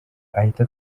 ahita